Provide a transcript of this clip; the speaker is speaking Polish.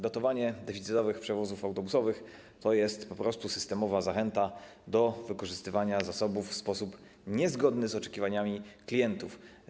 Dotowanie deficytowych przewozów autobusowych to jest po prostu systemowa zachęta do wykorzystywania zasobów w sposób niezgodny z oczekiwaniami klientów.